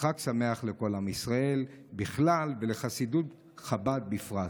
חג שמח לכל עם ישראל בכלל ולחסידות חב"ד בפרט.